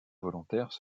volontaires